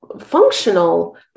functional